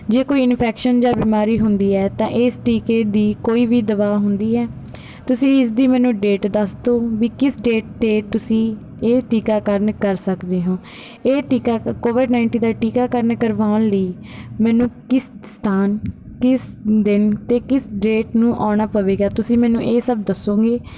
ਜੇ ਕੋਈ ਇਨਫੈਕਸ਼ਨ ਜਾਂ ਬਿਮਾਰੀ ਹੁੰਦੀ ਹੈ ਤਾਂ ਇਸ ਟੀਕੇ ਦੀ ਕੋਈ ਵੀ ਦਵਾ ਹੁੰਦੀ ਹੈ ਤੁਸੀਂ ਇਸ ਦੀ ਮੈਨੂੰ ਡੇਟ ਦੱਸ ਦਿਉ ਵੀ ਕਿਸ ਡੇਟ 'ਤੇ ਤੁਸੀਂ ਇਹ ਟੀਕਾਕਰਨ ਕਰ ਸਕਦੇ ਹੋ ਇਹ ਟੀਕਾ ਕ ਕੋਵਿਡ ਨਾਈਨਟੀਨ ਦਾ ਟੀਕਾਕਰਨ ਕਰਵਾਉਣ ਲਈ ਮੈਨੂੰ ਕਿਸ ਸਥਾਨ ਕਿਸ ਦਿਨ ਅਤੇ ਕਿਸ ਡੇਟ ਨੂੰ ਆਉਣਾ ਪਵੇਗਾ ਤੁਸੀਂ ਮੈਨੂੰ ਇਹ ਸਭ ਦੱਸੋਗੇ